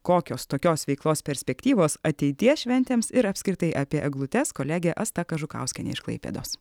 kokios tokios veiklos perspektyvos ateities šventėms ir apskritai apie eglutes kolegė asta kažukauskienė iš klaipėdos